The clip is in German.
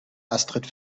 astrid